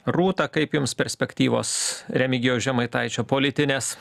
rūta kaip jums perspektyvos remigijaus žemaitaičio politinės